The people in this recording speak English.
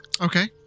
Okay